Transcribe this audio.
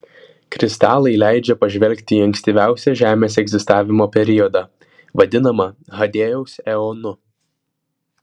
kristalai leidžia pažvelgti į ankstyviausią žemės egzistavimo periodą vadinamą hadėjaus eonu